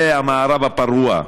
זה המערב הפרוע.